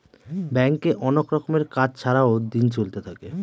ব্যাঙ্কে অনেক রকমের কাজ ছাড়াও দিন চলতে থাকে